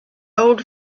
old